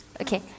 Okay